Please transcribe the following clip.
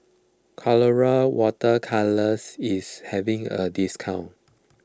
Colora Water Colours is having a discount